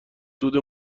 دود